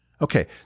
Okay